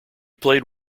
played